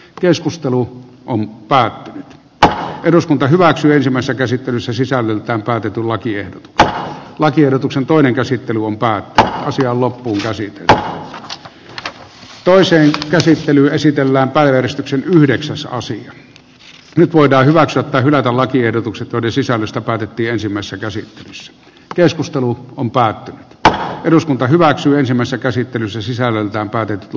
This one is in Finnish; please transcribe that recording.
keskustelu on päättynyt tai eduskunta hyväksyisimmassa käsittelyssä sisällöltään taitetulla kiire että lakiehdotuksen toinen käsittely on päättää asian lopullisesti taa toiseen käsittelyyn esitellään päivystyksen yhdeksän saa siinä nyt voidaan hyväksyä tai hylätä lakiehdotukset joiden sisällöstä päätettiin ensimmäisessä käsittelyssä keskustelu on päätti että eduskunta hyväksyisimmässä käsittelyssä sisällöltään päätet l